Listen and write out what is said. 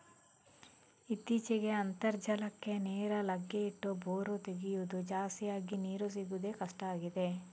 ಇತ್ತೀಚೆಗೆ ಅಂತರ್ಜಲಕ್ಕೆ ನೇರ ಲಗ್ಗೆ ಇಟ್ಟು ಬೋರು ತೆಗೆಯುದು ಜಾಸ್ತಿ ಆಗಿ ನೀರು ಸಿಗುದೇ ಕಷ್ಟ ಆಗಿದೆ